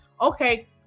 okay